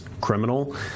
criminal